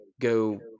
go